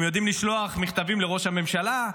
הם יודעים לשלוח מכתבים לראש הממשלה,